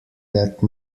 that